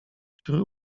który